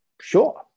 sure